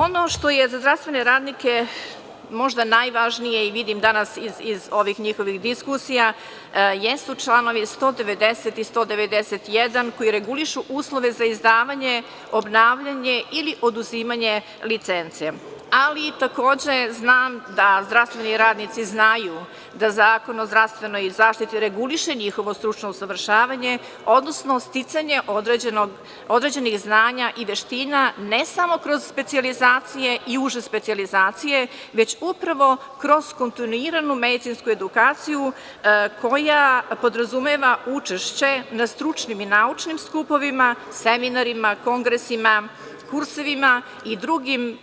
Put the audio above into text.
Ono što je za zdravstvene radnike možda najvažnije i vidim danas iz ovih njihovih diskusija, jesu članovi 190. i 191. koji regulišu uslove za izdavanje, obnavljanje ili oduzimanje licence, ali takođe znam da zdravstveni radnici znaju da Zakon o zdravstvenoj zaštiti reguliše njihovo stručno usavršavanje, odnosno sticanje određenih znanja i veština, ne samo kroz specijalizacije i uže specijalizacije, već upravo kroz kontinuiranu medicinsku edukaciju koja podrazumeva učešće na stručnim i naučnim skupovima, seminarima, kongresima, kursevima i drugim